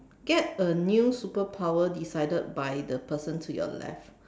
get a new superpower decided by the person to your left